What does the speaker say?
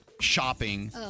shopping